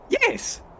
Yes